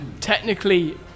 Technically